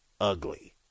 Ugly